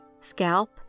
scalp